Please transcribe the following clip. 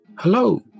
Hello